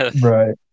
Right